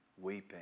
weeping